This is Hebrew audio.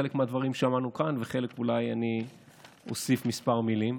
חלק מהדברים שמענו כאן ולחלק אני אולי אוסיף כמה מילים.